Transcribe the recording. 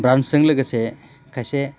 ब्रान्सजों लोगोसे खायसे